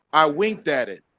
i winked at it,